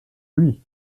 lui